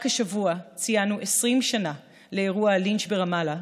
רק השבוע ציינו 20 שנה לאירוע הלינץ' ברמאללה,